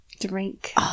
Drink